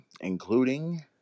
including